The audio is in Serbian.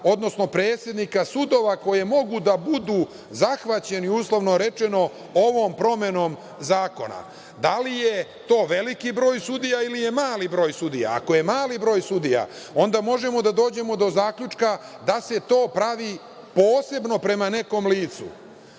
odnosno predsednika sudova koji mogu da budu zahvaćeni, uslovno rečeno, ovom promenom zakona? Da li je to veliki broj sudija ili je mali broj sudija? Ako je mali broj sudija, onda možemo da dođemo do zaključka da se to pravi posebno prema nekom licu. Ovo